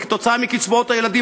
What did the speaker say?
כתוצאה מקצבאות הילדים,